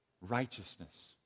righteousness